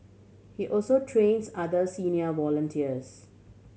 he also trains other senior volunteers